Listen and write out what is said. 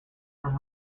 from